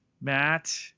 Matt